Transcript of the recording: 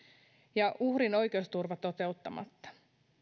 ja uhrin oikeusturva toteuttamatta